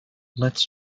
let’s